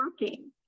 working